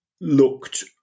looked